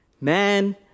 Man